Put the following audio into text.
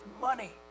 money